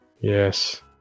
Yes